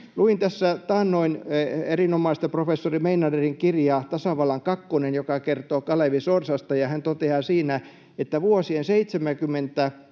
Luin tässä taannoin erinomaista professori Meinanderin kirjaa ”Kansakunnan kakkonen”, joka kertoo Kalevi Sorsasta. Hän toteaa siinä, että vuosien 72